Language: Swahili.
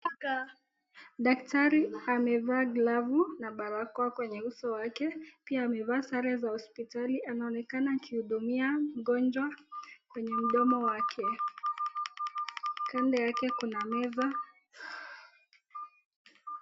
Daktari amevaa glovu na barakoa kwenye uso wake pia amevaa sare za hospitali anaonekana akimhudumia mgonjwa kwenye mdomo wake kando yake Kuna meza.